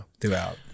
throughout